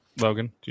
logan